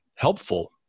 helpful